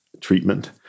treatment